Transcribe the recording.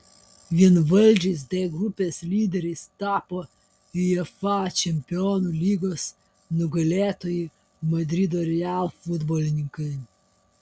vienvaldžiais d grupės lyderiais tapo uefa čempionų lygos nugalėtojai madrido real futbolininkai